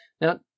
Now